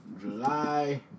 July